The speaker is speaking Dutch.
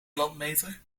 landmeter